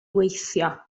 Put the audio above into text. weithio